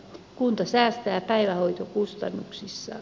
kunta säästää päivähoitokustannuksissaan